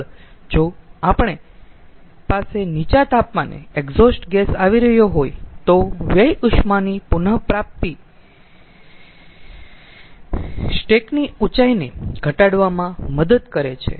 આગળ જો આપણી પાસે નીચા તાપમાને એક્ઝોસ્ટ ગેસ આવી રહ્યો હોય તો વ્યય ઉષ્માની પુન પ્રાપ્તિ સ્ટેકની ઉંચાઈને ઘટાડવામાં મદદ કરે છે